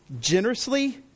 generously